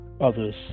others